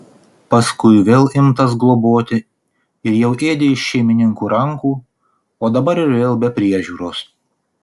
paskui vėl imtas globoti ir jau ėdė iš šeimininkų rankų o dabar ir vėl be priežiūros